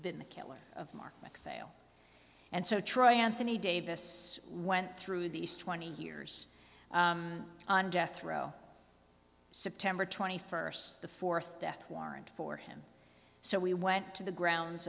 been the killer of mark macphail and so try anthony davis went through these twenty years on death row september twenty first the fourth death warrant for him so we went to the grounds